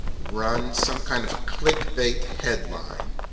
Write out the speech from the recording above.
run some kind of click bate headline,